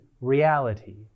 reality